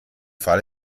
fall